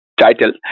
title